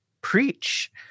preach